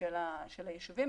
של היישובים.